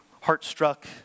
heart-struck